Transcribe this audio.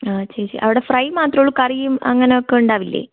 ആ ചേച്ചി അവിടെ ഫ്രൈ മാത്രം ഉള്ളൂ കറിയും അങ്ങനെയൊക്കെ ഉണ്ടാവില്ലേ